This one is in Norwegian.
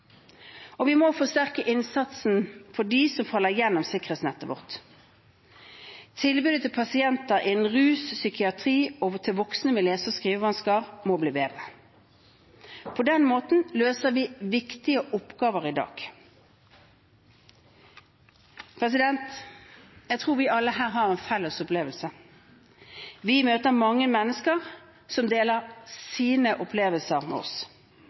Og vi må forsterke innsatsen for dem som faller gjennom sikkerhetsnettet vårt. Tilbudet til pasienter innen rus og psykiatri og til voksne med lese- og skrivevansker må bli bedre. På den måten løser vi viktige oppgaver i dag. Jeg tror vi alle her har en felles opplevelse: Vi møter mange mennesker som deler sine opplevelser med oss,